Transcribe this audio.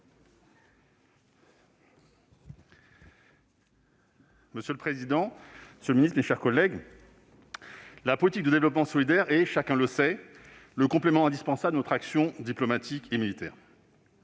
Monsieur le président, monsieur le ministre, mes chers collègues, chacun le sait, la politique de développement solidaire est le complément indispensable de notre action diplomatique et militaire.